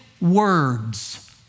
words